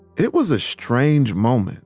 it was a strange moment